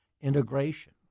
integration